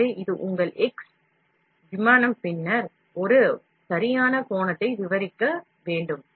எனவே இது உங்கள் x விமானம் பின்னர் ஒரு சரியான கோணத்தை விவரிக்க வேண்டும்